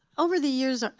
over the years,